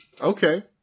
Okay